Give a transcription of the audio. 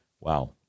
Wow